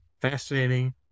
fascinating